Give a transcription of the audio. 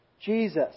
Jesus